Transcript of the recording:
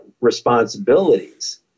responsibilities